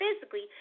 physically